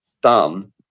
done